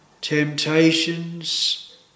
temptations